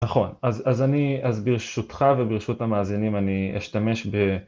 נכון אז אני אז ברשותך וברשות המאזינים אני אשתמש